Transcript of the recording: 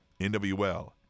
NWL